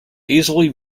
easily